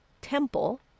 temple